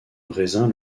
raisin